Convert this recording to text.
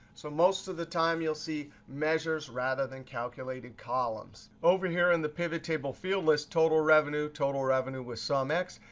so most of the time, you'll see measures rather than calculated columns. over here in the pivot table field list, total revenue, total revenue with sumx.